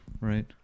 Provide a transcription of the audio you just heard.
right